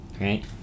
right